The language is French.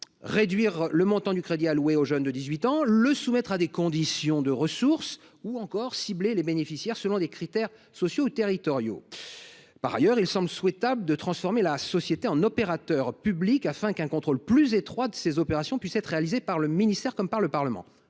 réduire le montant du crédit alloué aux jeunes de 18 ans ; le soumettre à des conditions de ressources ; et cibler les bénéficiaires selon des critères sociaux ou territoriaux. Par ailleurs, il semble souhaitable de transformer la SAS en opérateur public afin qu’un contrôle plus étroit de son action puisse être exercé par le ministère et par le Parlement.